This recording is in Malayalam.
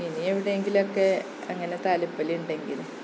ഇനി എവിടെയെങ്കിലുമൊക്കെ അങ്ങനെ താലപ്പൊലി ഉണ്ടെങ്കിൽ